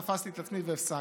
תפסתי את עצמי והפסקתי.